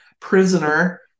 prisoner